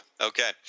Okay